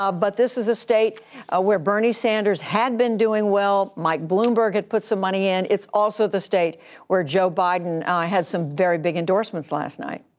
um but this is a state ah where bernie sanders had been doing well. mike bloomberg had put some money in. it's also the state where joe biden had some very big endorsements last night.